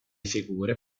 figure